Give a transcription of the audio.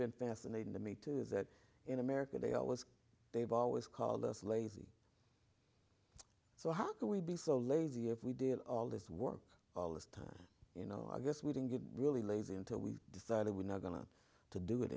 been fascinating to me too that in america they always they've always called us lazy so how could we be so lazy if we did all this work all this time you know i guess we didn't get really lazy until we decided we're not going to